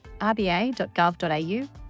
rba.gov.au